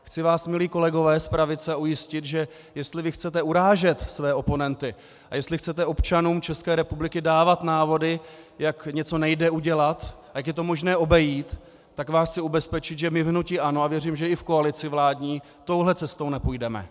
Chci vás, milí kolegové z pravice, ujistit, že jestli vy chcete urážet své oponenty a jestli chcete občanům České republiky dávat návody, jak něco nejde udělat a jak je to možné obejít, tak vás chci ubezpečit, že my v hnutí ANO, a věřím, že i ve vládní koalici, touhle cestou nepůjdeme.